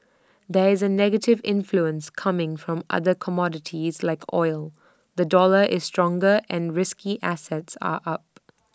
there is A negative influence coming from other commodities like oil the dollar is stronger and risky assets are up